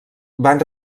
van